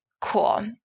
Cool